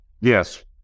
Yes